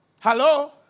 Hello